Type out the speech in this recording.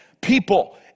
people